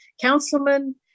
councilman